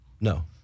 No